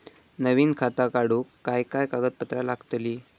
नवीन खाता काढूक काय काय कागदपत्रा लागतली?